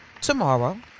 tomorrow